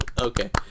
okay